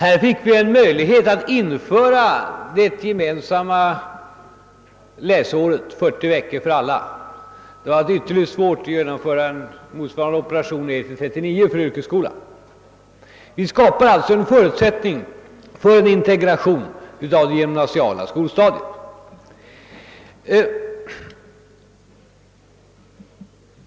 Här fick vi en möjlighet att införa det gemensamma läsåret — 40 veckor för alla. Det hade varit ytterligt svårt att genomföra en motsvarande operation ned till 39 veckor för yrkesskolan. — Vi skapar alltså förutsättningar för en integration av det gymnasiala skolstadiet.